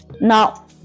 now